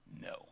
No